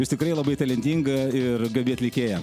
jūs tikrai labai talentinga ir gabi atlikėja